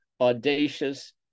audacious